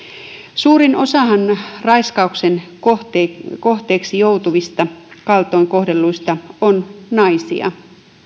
suurin osahan raiskauksen kohteeksi joutuvista kaltoin kohdeltavista on naisia